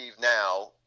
now